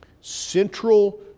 central